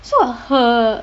so her